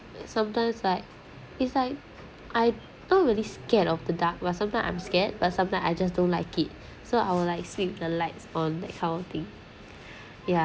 sometimes like it's like I don't really scared of the dark but sometime I'm scared but sometime I just don't like it so I'll like sleep with the lights on that kind of thing ya